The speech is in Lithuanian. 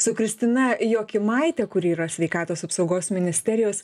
su kristina jokimaite kuri yra sveikatos apsaugos ministerijos